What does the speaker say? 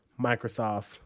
Microsoft